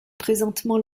présentement